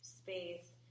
space